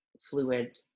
fluid